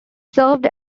served